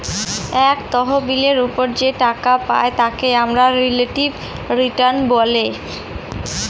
এক তহবিলের ওপর যে টাকা পাই তাকে আমরা রিলেটিভ রিটার্ন বলে